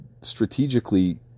strategically